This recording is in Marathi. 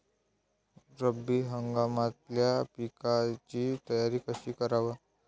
रब्बी हंगामातल्या पिकाइची तयारी कशी कराव?